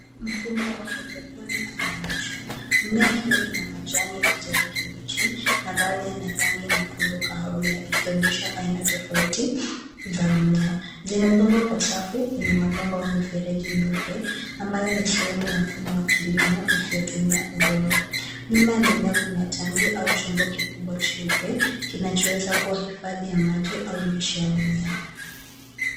Mfumo wa hydroponic umeonyeshwa. Mimea hiyo ina majani ya kijani kibichi, na baadhi yana rangi nyekundu kahawia ikionyesha aina tofauti za mimea. Zimepangwa kwa safu kwenye mabomba au mifereji nyeupe ambayo ni sehemu ya mfumo wa kilimo usiotumia udongo. Nyuma ya mimea kuna tangi au chombo kikibwa cheupe, kinachoweza kuwa hifadhi ya maji au lishe ya mimea.